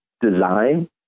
design